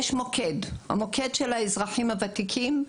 יש את המוקד של האזרחים הוותיקים,